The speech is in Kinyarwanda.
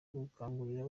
gukangurira